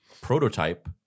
prototype